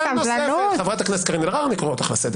עכשיו אני רואה מחאה,